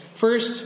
First